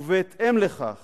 ובהתאם לכך